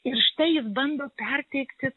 ir štai jis bando perteikti